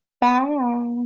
Bye